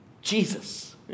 Jesus